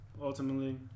ultimately